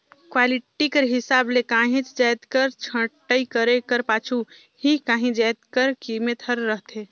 quality कर हिसाब ले काहींच जाएत कर छंटई करे कर पाछू ही काहीं जाएत कर कीमेत हर रहथे